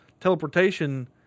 teleportation